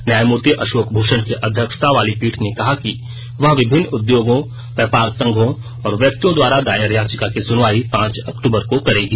न्यायमूर्ति अशोक भूषण की अध्यक्षता वाली पीठ ने कहा कि वह विभिन्न उद्योगों व्यापार संघों और व्यक्तियों द्वारा दायर याचिका की सुनवाई पांच अक्तूबर को करेगी